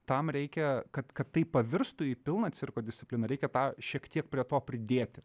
tam reikia kad kad tai pavirstų į pilną cirko discipliną reikia tą šiek tiek prie to pridėti